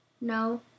No